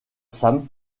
sam